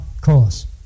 cause